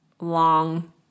long